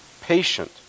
patient